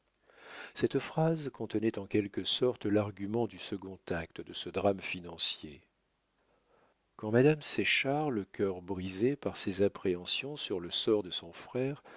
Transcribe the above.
cette phrase contenait en quelque sorte l'argument du second acte de ce drame financier quand madame séchard le cœur brisé par les appréhensions sur le sort de son frère